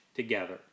together